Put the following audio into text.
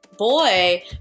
boy